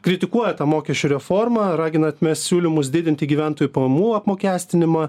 kritikuoja tą mokesčių reformą ragina atmest siūlymus didinti gyventojų pajamų apmokestinimą